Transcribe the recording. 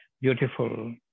beautiful